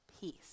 Peace